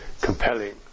compelling